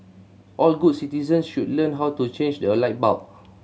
all good citizens should learn how to change a light bulb